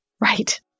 right